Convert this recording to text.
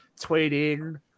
tweeting